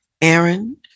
Aaron